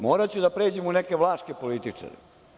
Moraću da pređem u neke vlaške političare.